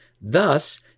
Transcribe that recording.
thus